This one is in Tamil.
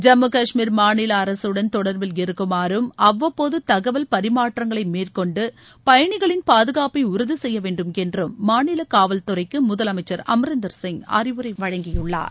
ஜம்மு காஷ்மீர் மாநில அரசுடன் தொடர்பில் இருக்குமாறும் அவ்வப்போது தகவல் பரிமாற்றங்களை மேற்கொண்டு பயணிகளின் பாதுகாப்பை உறுதி செய்ய வேண்டும் என்றும் மாநில காவல்துறைக்கு முதலமைச்சர் அம்ரீந்தர் சிங் அறிவுரை வழங்கியுள்ளார்